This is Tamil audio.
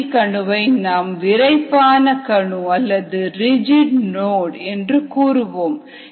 இந்த C கணு வை நாம் விரைப்பான கணு அல்லது ரிட்ஜிட் நோட் என்று கூறுவோம்